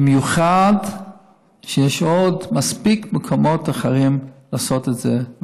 במיוחד שיש עוד מספיק מקומות אחרים לעשות את זה,